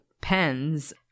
pens